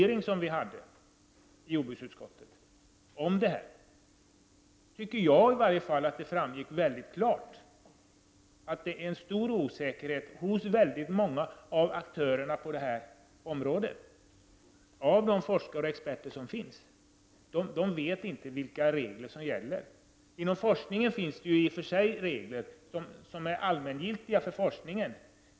Jag tycker att det framgick klart av den hearing vi anordnade i jordbruksutskottet att det finns en stor osäkerhet hos många av aktörerna på detta område. De forskare och experter som finns vet inte vilka regler som gäller. Det finns i och för sig regler som är allmängiltiga för forskningen.